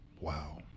Wow